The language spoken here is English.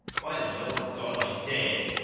by the lord god i did!